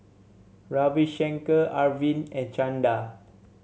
Ravi Shankar Arvind and Chanda